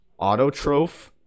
Autotroph